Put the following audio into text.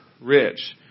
rich